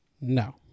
No